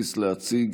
הכנסת.